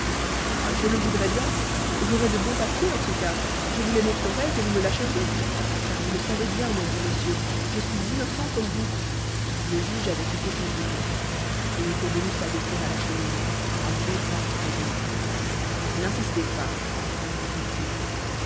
ah je le voudrais bien j'aurais de bons papiers en ce cas je vous les montrerais et vous me lâcheriez car vous le savez bien mon bon monsieur je suis innocent comme vous le juge avait quitté son bureau et était venu s'adosser à la cheminée à deux pas du prévenu n'insistez pas dit-il